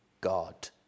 God